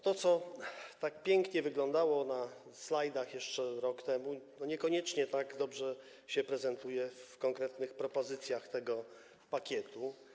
To, co tak pięknie wyglądało na slajdach jeszcze rok temu, niekoniecznie tak dobrze się prezentuje w konkretnych propozycjach tego pakietu.